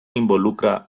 involucra